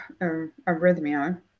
arrhythmia